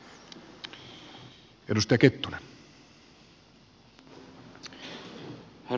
herra puhemies